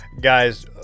guys